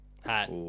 hat